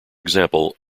example